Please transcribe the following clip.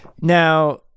Now